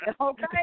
Okay